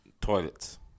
toilets